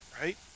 Right